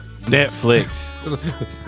Netflix